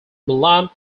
milan